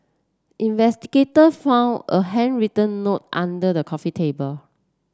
investigator found a handwritten note under the coffee table